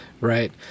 Right